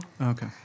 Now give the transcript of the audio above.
Okay